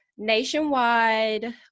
nationwide